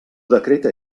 decreta